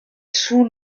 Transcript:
sous